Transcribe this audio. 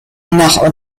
nach